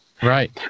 Right